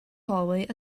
hallway